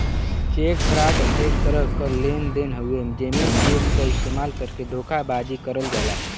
check fraud एक तरह क लेन देन हउवे जेमे चेक क इस्तेमाल करके धोखेबाजी करल जाला